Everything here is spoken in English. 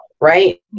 right